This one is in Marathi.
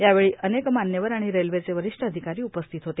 यावेळी अनेक मान्यवर आणि रेल्वेचे वरीष्ठ अधिकारी उपस्थित होते